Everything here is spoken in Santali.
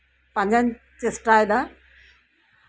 ᱯᱟᱸᱡᱟᱧ ᱪᱮᱥᱴᱟᱭᱫᱟ